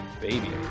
Baby